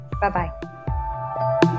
Bye-bye